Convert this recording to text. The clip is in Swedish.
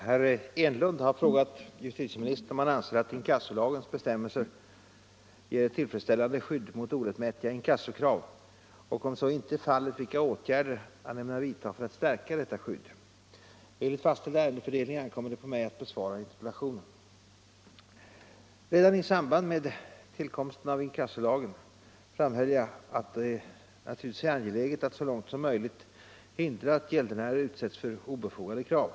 Herr talman! Herr Enlund har frågat justitieministern om han anser att inkassolagens bestämmelser ger ett tillfredsställande skydd mot orättmätiga inkassokrav och, om så ej är fallet, vilka åtgärder han ämnar vidta för att stärka detta skydd. Enligt fastställd ärendefördelning ankommer det på mig att besvara interpellationen. Redan i samband med tillkomsten av inkassolagen framhöll jag att det givetvis är angeläget att så långt som möjligt förhindra att gäldenärer utsätts för obefogade krav.